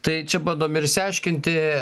tai čia bandom ir išsiaiškinti